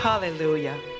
Hallelujah